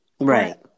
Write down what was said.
Right